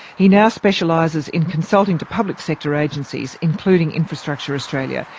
he now specialises in consulting to public sector agencies, including infrastructure australia.